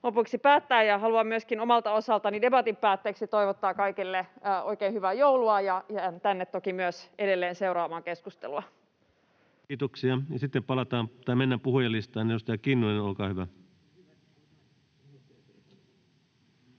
lopuksi päättää. Ja haluan myöskin omalta osaltani debatin päätteeksi toivottaa kaikille oikein hyvää joulua. Jään tänne toki myös edelleen seuraamaan keskustelua. Kiitoksia. — Ja sitten mennään puhujalistaan.